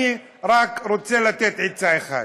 אני רק רוצה לתת עצה אחת.